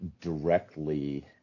directly